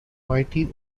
mighty